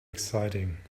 exciting